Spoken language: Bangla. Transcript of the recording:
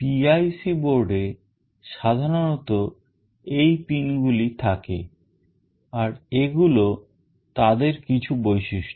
PIC boardএ সাধারণত এই pin গুলি থাকে আর এগুলো তাদের কিছু বৈশিষ্ট্য